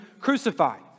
crucified